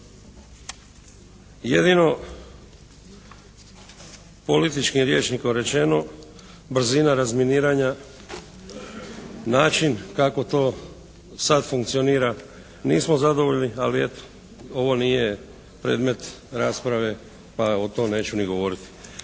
Jedino političkim rječnikom rečeno brzina razminiranja, način kako to sad funkcionira nismo zadovoljni ali eto. Ovo nije predmet rasprave pa o tom neću ni govoriti.